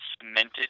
cemented